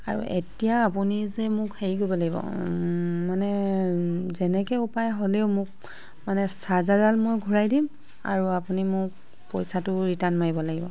আৰু এতিয়া আপুনি যে মোক হেৰি কৰিব লাগিব মানে যেনেকৈ উপায় হ'লেও মোক মানে চাৰ্জাৰডাল মই ঘূৰাই দিম আৰু আপুনি মোক পইচাটোও ৰিটাৰ্ণ মাৰিব লাগিব